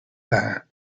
there